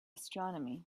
astronomy